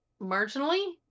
marginally